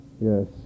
Yes